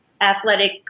athletic